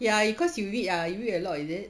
ya you cause you read ah you a lot is it